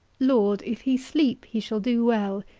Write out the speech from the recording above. lord, if he sleep, he shall do well,